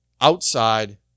outside